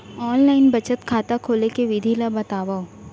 Online बचत खाता खोले के विधि ला बतावव?